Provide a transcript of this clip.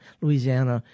Louisiana